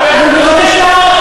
זה משחית את הנפש שלו.